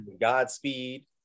Godspeed